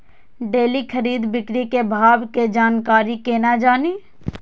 Daily खरीद बिक्री के भाव के जानकारी केना जानी?